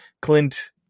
Clint